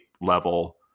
level